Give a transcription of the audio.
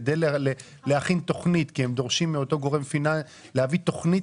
כדי להכין תכנית כי הם דורשים להביא תכנית